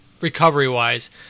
recovery-wise